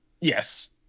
Yes